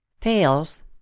Pails